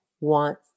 want